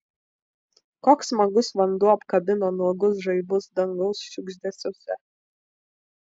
koks smagus vanduo apkabino nuogus žaibus dangaus šiugždesiuose